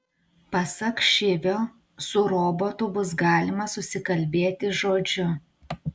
pasak šivio su robotu bus galima susikalbėti žodžiu